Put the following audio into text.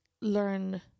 learn